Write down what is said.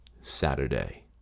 Saturday